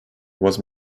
was